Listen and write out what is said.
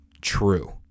true